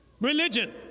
religion